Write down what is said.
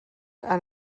han